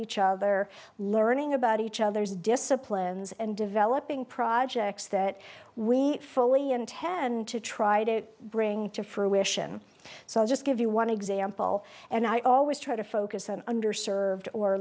each other learning about each other's disciplines and developing projects that we fully intend to try to bring to fruition so i'll just give you one example and i always try to focus on underserved or